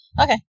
Okay